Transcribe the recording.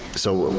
so,